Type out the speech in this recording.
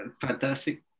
Fantastic